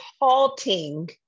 halting